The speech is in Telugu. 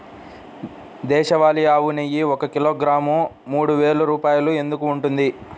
దేశవాళీ ఆవు నెయ్యి ఒక కిలోగ్రాము మూడు వేలు రూపాయలు ఎందుకు ఉంటుంది?